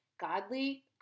godly